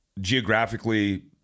Geographically